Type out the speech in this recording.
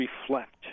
reflect